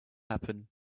happen